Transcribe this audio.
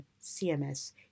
cms